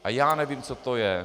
A já nevím, co to je.